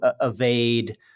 evade